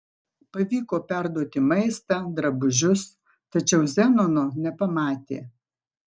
pavyko perduoti maistą drabužius tačiau zenono nepamatė